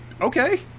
Okay